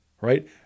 Right